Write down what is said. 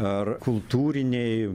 ar kultūriniai